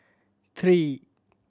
three